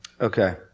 Okay